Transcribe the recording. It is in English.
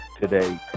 today